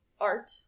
art